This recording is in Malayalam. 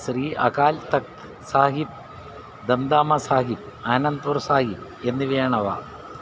ശ്രീ അകാൽ തഖ്ത് സാഹിബ് ദംദാമ സാഹിബ് ആനന്ദ്പൂർ സാഹിബ് എന്നിവയാണവ